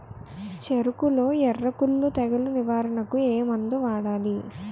చెఱకులో ఎర్రకుళ్ళు తెగులు నివారణకు ఏ మందు వాడాలి?